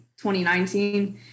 2019